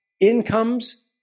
incomes